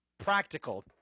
Practical